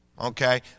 Okay